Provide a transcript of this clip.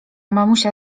mamusia